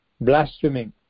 blaspheming